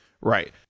right